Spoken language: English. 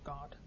God